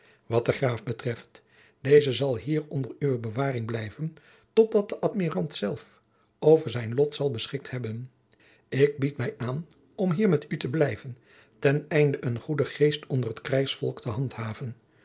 wat den graaf betreft deze zal hier onder uwe bewaring blijven totdat de admirant zelf over zijn lot zal beschikt hebben ik bied mij aan om hier met u te blijven ten einde een goeden geest onder t krijgsvolk te handhaven